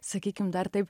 sakykim dar taip